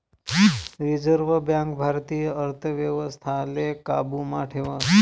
reserve bank भारतीय अर्थव्यवस्थाले काबू मा ठेवस